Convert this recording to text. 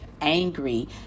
angry